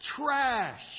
trash